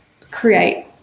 create